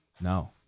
No